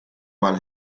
mann